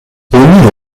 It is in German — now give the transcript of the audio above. omi